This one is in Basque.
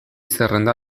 zerrenda